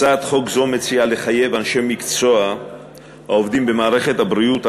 הצעת חוק זו מציעה לחייב אנשי מקצוע העובדים במערכת הבריאות,